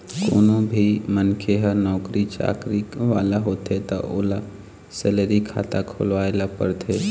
कोनो भी मनखे ह नउकरी चाकरी वाला होथे त ओला सेलरी खाता खोलवाए ल परथे